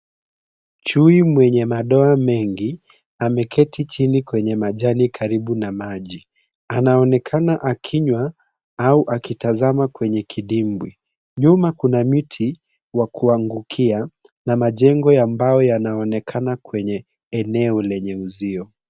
Chui mwenye madoa mengi, ameketi chini kwenye majani karibu na maji. Anaonekana akinywa au akitazama kwenye kidimbwi. Nyuma kuna miti wakuangukia na majengo ambayo yanaonekana kwenye eneo lenye uzio.